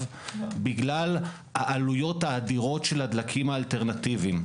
בגלל העלויות האדירות של הדלקים האלטרנטיביים.